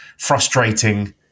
frustrating